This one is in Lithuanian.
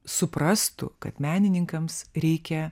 suprastų kad menininkams reikia